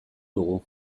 dugu